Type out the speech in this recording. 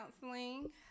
Counseling